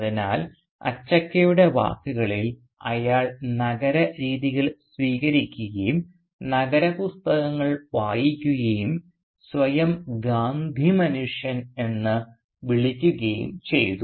അതിനാൽ അച്ചക്കയുടെ വാക്കുകളിൽ അയാൾ നഗര രീതികൾ സ്വീകരിക്കുകയും നഗരപുസ്തകങ്ങൾ വായിക്കുകയും സ്വയം ഗാന്ധി മനുഷ്യൻ എന്ന് വിളിക്കുകയും ചെയ്തു